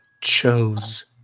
chose